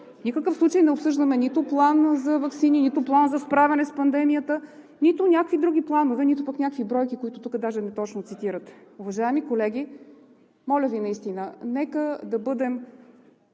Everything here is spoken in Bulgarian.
никакъв случай не обсъждаме нито плана за ваксини, нито плана за справяне с пандемията, нито някакви други планове, нито пък някакви бройки, които тук даже неточно цитирате. Уважаеми колеги, моля Ви, нека да бъдем